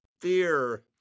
fear